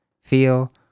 feel